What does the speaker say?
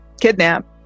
kidnap